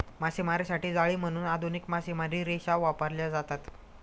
मासेमारीसाठी जाळी म्हणून आधुनिक मासेमारी रेषा वापरल्या जातात